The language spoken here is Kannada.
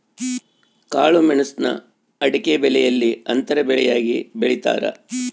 ಕಾಳುಮೆಣುಸ್ನ ಅಡಿಕೆಬೆಲೆಯಲ್ಲಿ ಅಂತರ ಬೆಳೆಯಾಗಿ ಬೆಳೀತಾರ